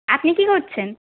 আপনি কি করছেন